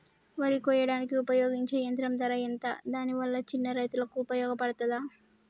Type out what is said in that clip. వరి కొయ్యడానికి ఉపయోగించే యంత్రం ధర ఎంత దాని వల్ల చిన్న రైతులకు ఉపయోగపడుతదా?